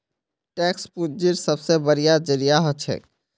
tax पूंजीर सबसे बढ़िया जरिया हछेक